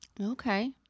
Okay